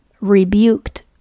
rebuked